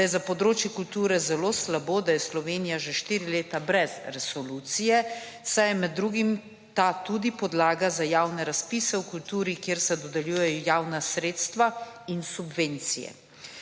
da je za področje kulture zelo slabo, da je Slovenije že štiri leta brez resolucije saj je med drugim ta tudi podlaga za javne razpise v kulturi, kjer se dodelujejo javna sredstva in subvencije.